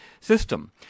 system